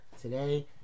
Today